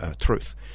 truth